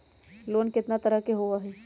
Loan केतना तरह के होअ हई?